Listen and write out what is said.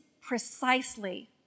precisely